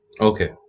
Okay